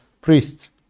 priests